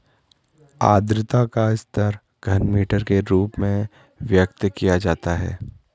आद्रता का स्तर घनमीटर के रूप में व्यक्त किया जाता है